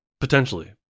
potentially